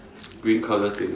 green color thing